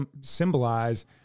symbolize